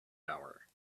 hour